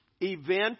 event